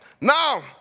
Now